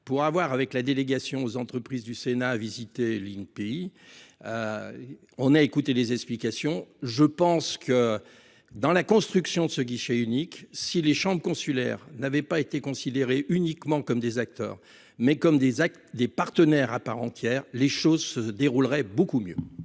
pour avoir avec la délégation aux entreprises du Sénat a visité ligne pays. On a écouté les explications, je pense que dans la construction de ce guichet unique. Si les chambres consulaires n'avait pas été considéré uniquement comme des acteurs, mais comme des actes des partenaires à part entière. Les choses se déroulerait beaucoup mieux.